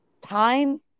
time